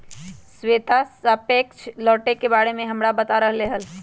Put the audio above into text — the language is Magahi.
श्वेता सापेक्ष लौटे के बारे में हमरा बता रहले हल